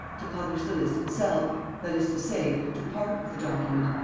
to publish the list itself that is to say, to part with the document,